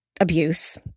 abuse